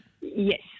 Yes